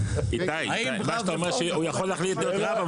איתי, אתה אומר שהוא יכול להחליט לגביו.